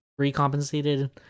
recompensated